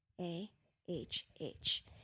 A-H-H